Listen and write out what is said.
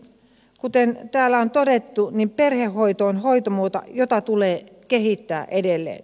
kuten täällä on todettu perhehoito on hoitomuoto jota tulee kehittää edelleen